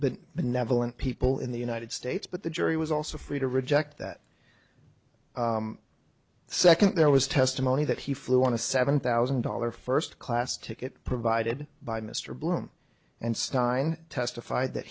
benevolent people in the united states but the jury was also free to reject that second there was testimony that he flew on a seven thousand dollar first class ticket provided by mr bloom and stein testified that